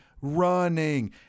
running